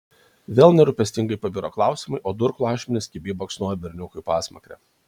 vėl nerūpestingai pabiro klausimai o durklo ašmenys kibiai baksnojo berniukui į pasmakrę